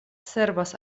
servas